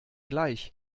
gleich